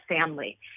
family